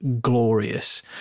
glorious